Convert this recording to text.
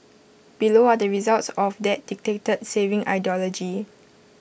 below are the results of that dictator saving ideology